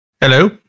Hello